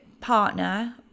partner